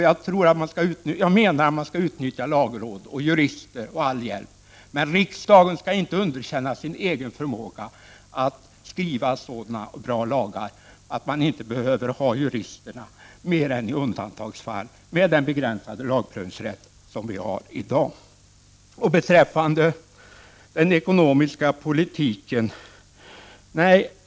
Jag menar att man skall utnyttja lagråd, jurister osv. Men riksdagen skall inte underkänna sin egen förmåga att skriva så bra lagar att juristerna behövs i annat än undantagsfall, med den begränsade lagprövningsrätt som vi har i dag. Sedan till den ekonomiska politiken.